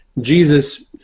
Jesus